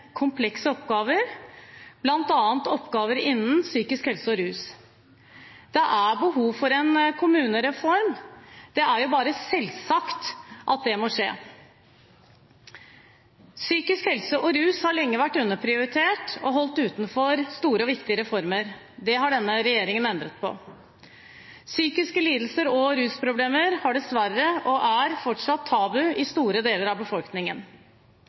rus. Det er behov for en kommunereform. Det er selvsagt at det må skje. Psykisk helse og rus har lenge vært underprioritert og holdt utenfor store og viktige reformer. Det har denne regjeringen endret på. Psykiske lidelser og rusproblemer har dessverre vært – og er fortsatt – tabu i store deler av befolkningen.